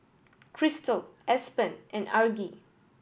Kristal Aspen and Argie